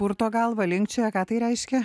purto galvą linkčioja ką tai reiškia